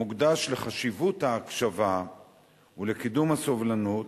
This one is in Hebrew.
המוקדש לחשיבות ההקשבה ולקידום הסובלנות,